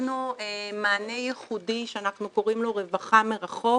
פיתחנו מענה ייחודי שאנחנו קוראים לו רווחה מרחוק.